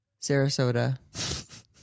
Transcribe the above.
Sarasota